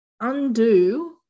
undo